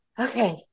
okay